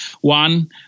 one